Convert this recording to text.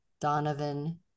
Donovan